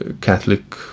Catholic